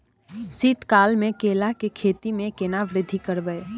शीत काल मे केला के खेती में केना वृद्धि करबै?